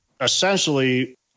essentially